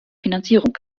finanzierung